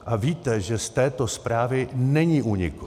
A víte, že z této zprávy není úniku.